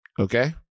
Okay